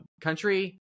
Country